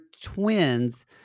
twins